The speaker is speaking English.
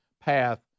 path